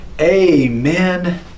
amen